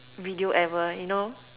video ever you know